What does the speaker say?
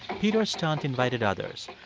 peter's stunt invited others.